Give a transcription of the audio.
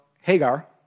Hagar